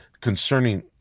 concerning